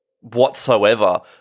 whatsoever